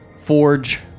Forge